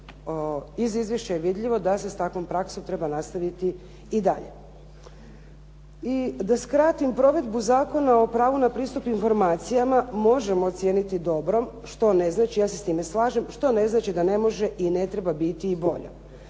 i izvješća je vidljivo da je s takvom praksom treba nastaviti i dalje. I da skratim, provedbu Zakon o pravu na pristup informacijama možemo ocijeniti dobrom, što ne znači, ja se s time slažem, što ne znači da ne može i ne treba biti bolja.